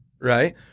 Right